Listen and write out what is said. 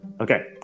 Okay